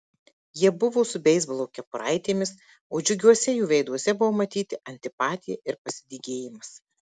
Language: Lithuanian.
jie buvo su beisbolo kepuraitėmis o džiugiuose jų veiduose buvo matyti antipatija ir pasidygėjimas